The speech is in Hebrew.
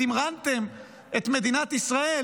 תמרנתם את מדינת ישראל